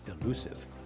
elusive